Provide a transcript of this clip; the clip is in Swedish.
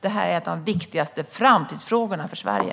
Detta är en av de viktigaste framtidsfrågorna för Sverige.